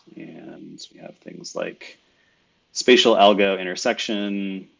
and we have things like spatial algo intersection,